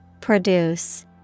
Produce